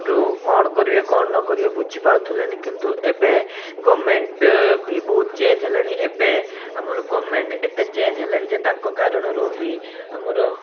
ରୁ କ'ଣ କରିବେ କ'ଣ ନ କରିବେ ବୁଝି ପାରୁଥିଲେନି କିନ୍ତୁ ଏବେ ଗଭର୍ଣ୍ଣମେଣ୍ଟ ଭି ବହୁତ ଚେଞ୍ଜ ହେଲେଣି ଏବେ ଆମର ଗଭର୍ଣ୍ଣମେଣ୍ଟ ଏତେ ଚେଞ୍ଜ ହେଲାଣି ଯେ ତାଙ୍କ କାରଣରୁ ହିଁ ଆମର